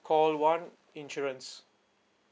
call one insurance